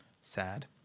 sad